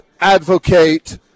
advocate